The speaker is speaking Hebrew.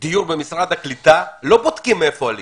דיור במשרד הקליטה, לא בודקים מאיפה עלית.